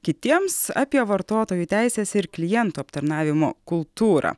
kitiems apie vartotojų teises ir klientų aptarnavimo kultūrą